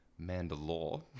Mandalore